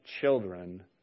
children